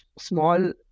small